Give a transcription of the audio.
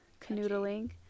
canoodling